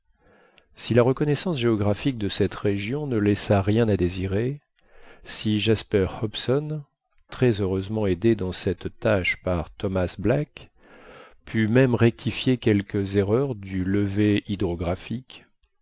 si la reconnaissance géographique de cette région ne laissa rien à désirer si jasper hobson très heureusement aidé dans cette tâche par thomas black put même rectifier quelques erreurs du levé hydrographique